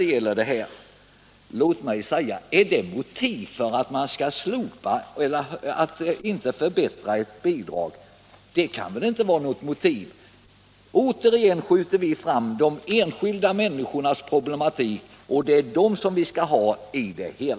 Det kan väl inte vara något motiv för att inte förbättra ett bidrag. Återigen skjuter vi fram de enskilda människornas problematik —- det är den som måste ligga i botten.